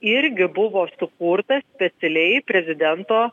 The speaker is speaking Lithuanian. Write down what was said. irgi buvo sukurta specialiai prezidento